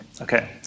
Okay